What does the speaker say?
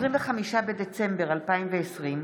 25 בדצמבר 2020,